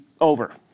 over